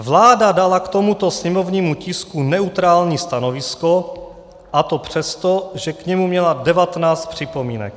Vláda dala tomuto sněmovnímu tisku neutrální stanovisko, a to přesto, že k němu měla 19 připomínek.